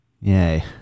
Yay